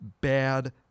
Bad